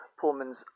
Pullman's